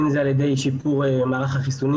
אם זה על ידי שיפור מערך החיסונים.